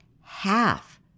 half